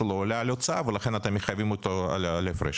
עולה על ההוצאה, ולכן אתם מחייבים אותו בהפרש?